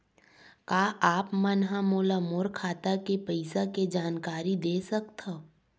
का आप मन ह मोला मोर खाता के पईसा के जानकारी दे सकथव?